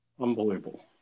Unbelievable